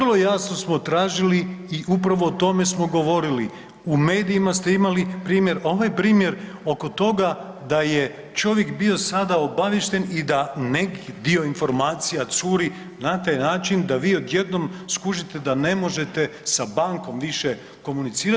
Vrlo jasno smo tražili i upravo o tome smo govorili u medijima ste imali primjer, ovaj primjer oko toga da je čovjek bio sada obaviješten i da neki dio informacija curi na taj način da vi odjednom skužite da ne možete sa bankom više komunicirati.